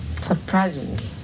surprisingly